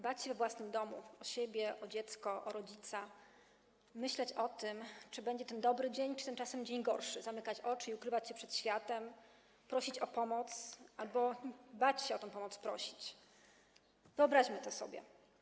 Bać się we własnym domu o siebie, o dziecko, o rodzica, myśleć o tym, czy to będzie ten dobry dzień, czy czasem ten gorszy, zamykać oczy i ukrywać się przed światem, prosić o pomoc albo bać się o tę pomoc prosić - wyobraźmy to sobie.